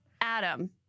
Adam